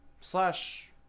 slash